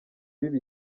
biba